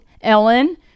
Ellen